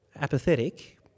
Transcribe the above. apathetic